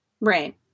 Right